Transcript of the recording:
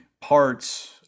parts